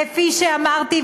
כפי שאמרתי,